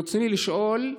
ברצוני לשאול: